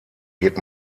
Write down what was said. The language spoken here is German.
geht